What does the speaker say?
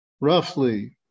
roughly